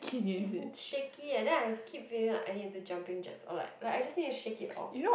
is shaky leh and then I keep feeling like I need to do jumping jack or like I just shake it off